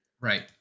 right